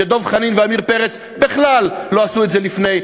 שדב חנין ועמיר פרץ לא עשו את זה לפני.